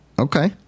Okay